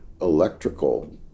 electrical